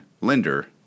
lender